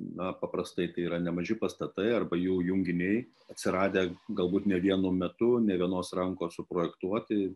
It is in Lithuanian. na paprastai tai yra nemaži pastatai arba jų junginiai atsiradę galbūt ne vienu metu nė vienos rankos suprojektuoti